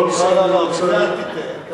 לא, לא, אל תטעה.